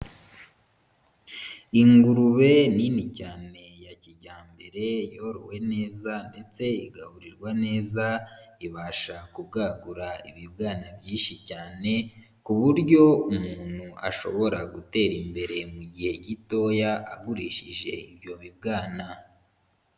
Ingurube nini cyane ya kijyambere, yorowe neza ndetse igaburirwa neza, ibasha kubwagura ibibwana byinshi cyane, ku buryo umuntu ashobora gutera imbere mu gihe gitoya, agurishije ibyo bibwana.